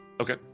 Okay